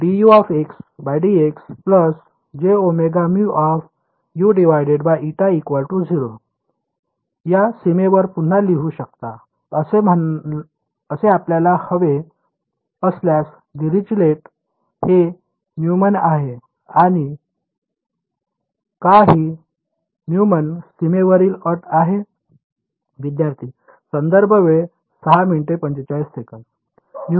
आपण dUdx jωμU η 0 या सीमेवर पुन्हा लिहू शकता असे आपल्याला हवे असल्यास डिरिचलेट हे न्युमन आहे का ही न्युमन सीमेवरील अट आहे